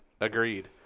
Agreed